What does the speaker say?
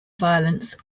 violence